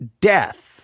death